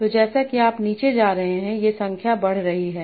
तो जैसा कि आप नीचे जा रहे हैं ये संख्या बढ़ रही है